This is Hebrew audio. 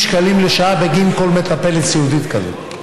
שקלים לשעה בגין כל מטפלת סיעודית כזאת.